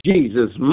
Jesus